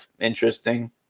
interesting